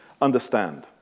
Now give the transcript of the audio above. understand